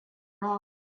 wrong